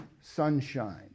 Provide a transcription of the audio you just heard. sunshine